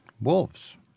Wolves